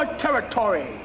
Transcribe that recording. territory